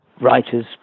writers